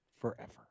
forever